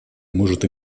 может